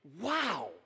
wow